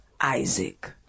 Isaac